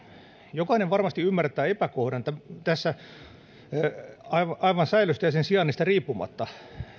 jokainen varmasti ymmärtää epäkohdan tässä aivan säilöstä ja sen sijainnista riippumatta